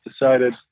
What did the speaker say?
decided